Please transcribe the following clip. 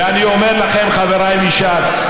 ואני אומר לכם, חבריי מש"ס,